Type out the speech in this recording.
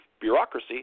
bureaucracy